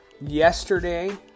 Yesterday